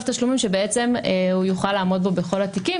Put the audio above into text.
תשלומים שהוא יוכל לעמוד בו בכל התיקים,